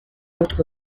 autre